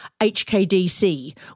HKDC